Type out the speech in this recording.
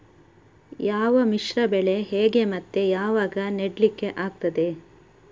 ಯಾವ ಮಿಶ್ರ ಬೆಳೆ ಹೇಗೆ ಮತ್ತೆ ಯಾವಾಗ ನೆಡ್ಲಿಕ್ಕೆ ಆಗ್ತದೆ?